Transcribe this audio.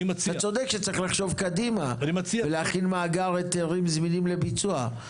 אתה צודק שצריך לחשוב קדימה ולהכין מאגר היתרים זמינים לביצוע,